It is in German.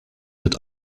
wird